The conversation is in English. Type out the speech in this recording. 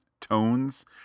tones